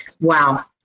Wow